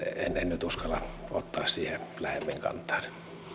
en en uskalla ottaa lähemmin kantaa